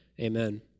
Amen